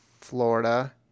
Florida